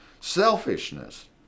Selfishness